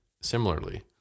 similarly